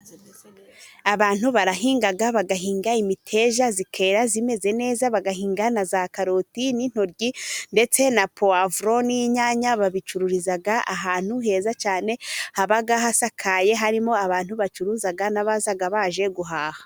Abantu barahinga bagahinga imiteja zikera zimeze neza. Bagahinga na za karoti n'intoryi, ndetse na pwivuro n'inyanya. Babicururiza ahantu heza cyane. Haba hasakaye, harimo abantu bacuruza n'abaza baje guhaha.